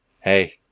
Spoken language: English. hey